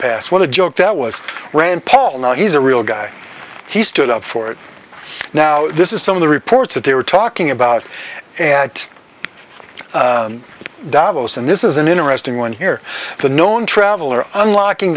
passed what a joke that was rand paul now he's a real guy he stood up for it now this is some of the reports that they were talking about an act davos and this is an interesting one here the known traveler unlocking